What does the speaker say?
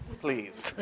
Please